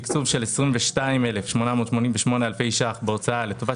תקצוב של 22,888 אלפי שקלים בהוצאה לטובת